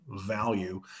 value